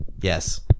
Yes